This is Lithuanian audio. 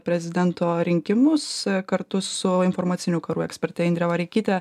prezidento rinkimus kartu su informacinių karų eksperte indre vareikyte